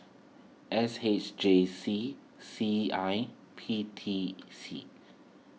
S H J C C I P T C